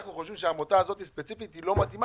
אנחנו חושבים שהעמותה הספציפית לא מתאימה